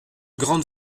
grandes